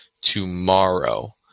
tomorrow